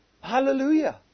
Hallelujah